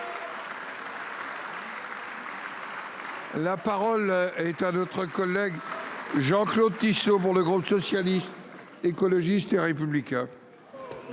La parole est à M. Jean Claude Tissot, pour le groupe Socialiste, Écologiste et Républicain.